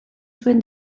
zuen